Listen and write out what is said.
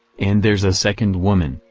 and there's a second woman,